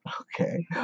Okay